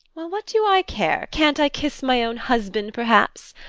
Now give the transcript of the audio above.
well, what do i care? can't i kiss my own husband, perhaps?